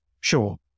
sure